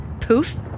poof